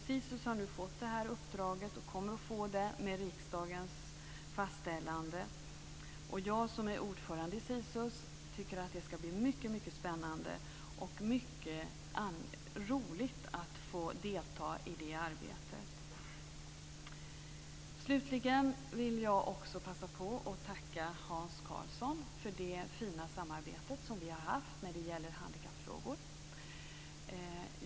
SISU har fått uppdraget och kommer att få det nu med riksdagens fastställande. Jag är ordförande i SISU och tycker att det ska bli mycket spännande och roligt att få delta i det arbetet. Avslutningsvis vill jag passa på att tacka Hans Karlsson för det fina samarbete som vi har haft i handikappfrågor.